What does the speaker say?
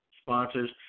sponsors